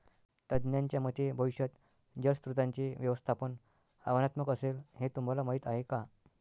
तज्ज्ञांच्या मते भविष्यात जलस्रोतांचे व्यवस्थापन आव्हानात्मक असेल, हे तुम्हाला माहीत आहे का?